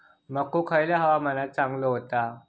मको खयल्या हवामानात चांगलो होता?